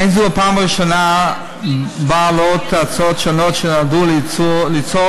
אין זו הפעם הראשונה שעולות הצעות שונות שנועדו ליצור